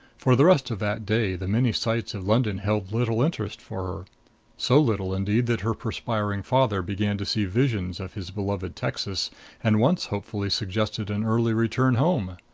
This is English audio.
for the rest of that day the many sights of london held little interest for her so little, indeed, that her perspiring father began to see visions of his beloved texas and once hopefully suggested an early return home.